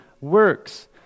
works